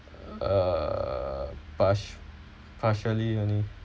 err pars~ partially only